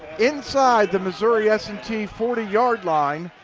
inside the missouri s and t forty yard line.